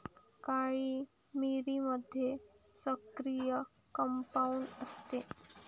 काळी मिरीमध्ये सक्रिय कंपाऊंड असते